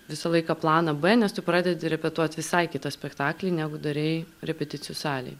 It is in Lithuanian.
visą laiką planą b nes tu pradedi repetuot visai kitą spektaklį negu darei repeticijų salėj